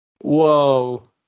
Whoa